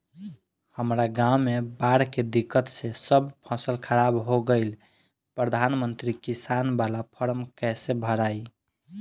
हमरा गांव मे बॉढ़ के दिक्कत से सब फसल खराब हो गईल प्रधानमंत्री किसान बाला फर्म कैसे भड़ाई?